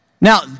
Now